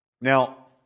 Now